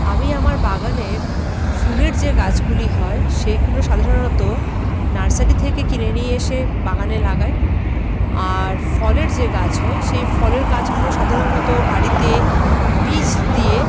আমি আমার বাগানের ফুলের যে গাছগুলি হয় সেইগুলো সাধারণত নার্সারি থেকে কিনে নিয়ে এসে বাগানে লাগাই আর ফলের যে গাছ হয় সেই ফলের গাছগুলো সাধারণত বাড়িতে বীজ দিয়ে